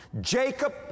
Jacob